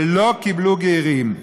ולא קיבלו גרים.